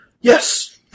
Yes